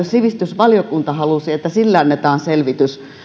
sivistysvaliokunta halusi että sille annetaan selvitys